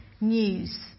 news